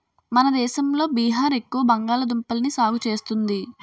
మన దేశంలో బీహార్ ఎక్కువ బంగాళదుంపల్ని సాగు చేస్తుంది